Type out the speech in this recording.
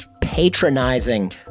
patronizing